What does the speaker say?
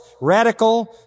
radical